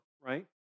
right